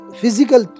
physical